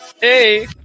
Hey